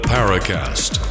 Paracast